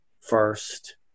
first